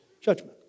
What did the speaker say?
judgment